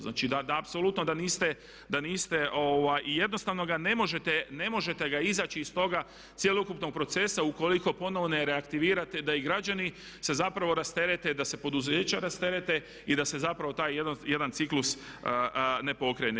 Znači, apsolutno da niste i jednostavno ne možete izaći iz toga cjelokupnog procesa ukoliko ponovno ne reaktivirate da i građani se zapravo rasterete, da se poduzeća rasterete i da se zapravo taj jedan ciklus ne pokrene.